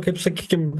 kaip sakykim